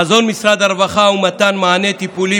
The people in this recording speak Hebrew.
חזון משרד הרווחה הוא מתן מענה טיפולי